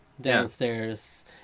downstairs